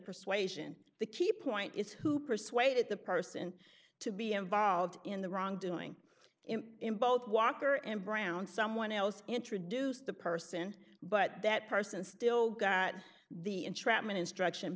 persuasion the key point is who persuaded the person to be involved in the wrongdoing in both walker and brown someone else introduced the person but that person still got the entrapment instruction